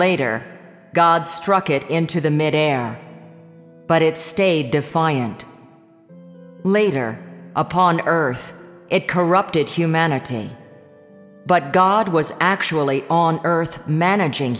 later god struck it into the mid air but it stayed defiant later upon earth it corrupted humanity but god was actually on earth managing